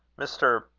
mr.